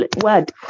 word